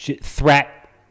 threat